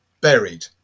buried